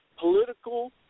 political